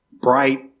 bright